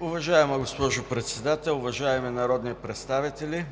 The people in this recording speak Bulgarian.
Уважаема госпожо Председател, уважаеми народни представители!